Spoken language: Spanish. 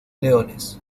leones